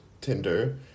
Tinder